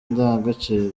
indangagaciro